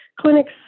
clinics